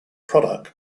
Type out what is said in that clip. product